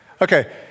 Okay